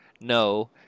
no